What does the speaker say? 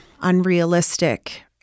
unrealistic